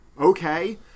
...okay